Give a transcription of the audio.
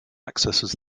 accesses